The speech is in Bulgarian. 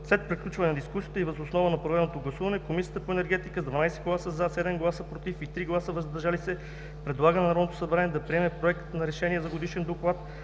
След приключване на дискусията и въз основа на проведеното гласуване Комисията по енергетика с 12 гласа „за”, 7 гласа ”против” и 3 гласа „въздържали се” предлага на Народното събрание да приеме Проект на решение за Годишен доклад